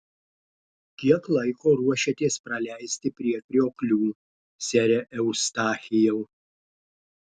kiek laiko ruošiatės praleisti prie krioklių sere eustachijau